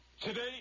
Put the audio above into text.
Today